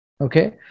Okay